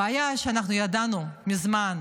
הבעיה היא שאנחנו ידענו מזמן,